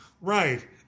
Right